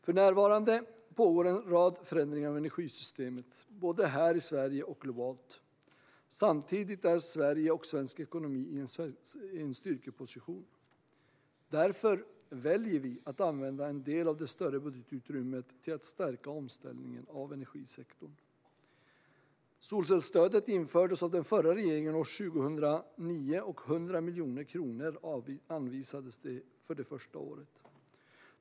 För närvarande pågår en rad förändringar av energisystemet, både här i Sverige och globalt. Samtidigt är Sverige och svensk ekonomi i en styrkeposition. Därför väljer vi att använda en del av det större budgetutrymmet till att stärka omställningen av energisektorn. Solcellsstödet infördes av den förra regeringen år 2009, och 100 miljoner kronor anvisades för det första året.